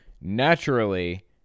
naturally